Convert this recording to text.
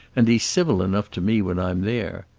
and he's civil enough to me when i'm there.